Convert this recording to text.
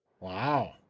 Wow